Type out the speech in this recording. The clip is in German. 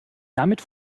damit